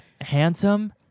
handsome